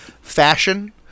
fashion